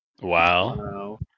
Wow